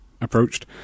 approached